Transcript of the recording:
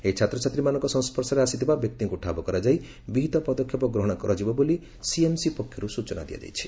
ଏହି ଛାତ୍ରଛାତ୍ରୀମାନଙ୍କ ସଂସ୍ୱର୍ଶରେ ଆସିଥିବା ବ୍ୟକ୍ତିଙ୍କୁ ଠାବ କରାଯାଇ ବିହିତ ପଦକ୍ଷେପ ଗ୍ରହଶ କରାଯିବ ବୋଲି ସିଏମ୍ସି ପକ୍ଷରୁ ସୂଚନା ମିଳିଛି